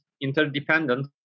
interdependent